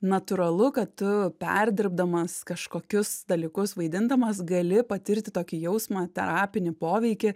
natūralu kad tu perdirbdamas kažkokius dalykus vaidindamas gali patirti tokį jausmą terapinį poveikį